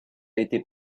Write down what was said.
été